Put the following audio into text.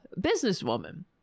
businesswoman